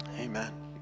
Amen